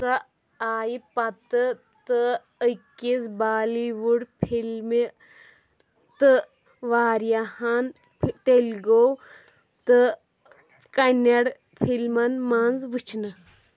سۄ آیہِ پتہٕ تہٕ أکِس بالی وُڈ فِلمہِ تہٕ واریاہن تیلگوٗ تہٕ کنٛنڑ فِلمن منٛز وٕچھنہٕ